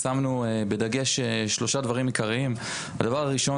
שמנו דגש בנושא על שלושה דברים עיקריים: הדבר הראשון,